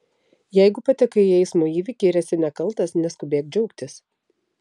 jeigu patekai į eismo įvykį ir esi nekaltas neskubėk džiaugtis